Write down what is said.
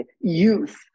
youth